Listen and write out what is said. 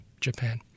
Japan